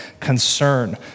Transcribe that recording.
concern